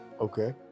okay